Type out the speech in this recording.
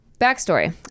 Backstory